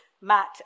Matt